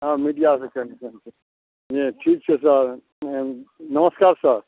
हँ मिडिआ से कनेक्टेड है ठीक छै सर नमस्कार सर